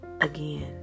Again